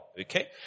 Okay